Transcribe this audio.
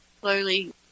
slowly